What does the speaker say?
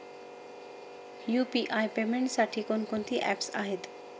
UPI पेमेंटसाठी कोणकोणती apps आहेत?